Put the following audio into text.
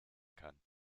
kann